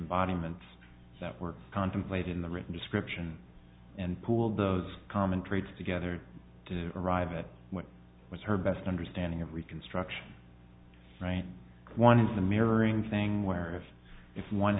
embodiments that were contemplated in the written description and pooled those common traits together to arrive at what was her best understanding of reconstruction right one is the mirroring thing where if if one